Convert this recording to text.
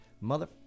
mother